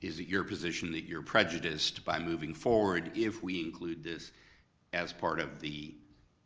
is it your position that you're prejudiced by moving forward if we include this as part of the